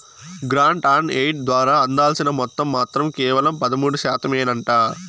grant on aid ద్వారా అందాల్సిన మొత్తం మాత్రం కేవలం పదమూడు శాతమేనంట